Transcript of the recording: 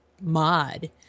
mod